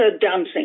dancing